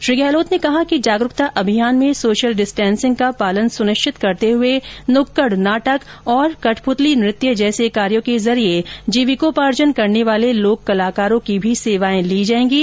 श्री गहलोत ने कहा कि जागरुकता अभियान में सोशल डिस्टॅसिंग का पालन सुनिश्चित करते हुए नुक्कड़ नाटक और कटपुतली नृत्य जैसे कार्यों के जरिए जीविकोपार्जन करने वाले लोक कलाकारों की भी सेवाएं ली जाएंगी